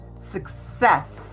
success